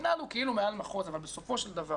מינהל הוא כאילו מעל מחוז אבל בסופו של דבר